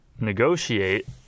negotiate